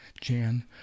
Jan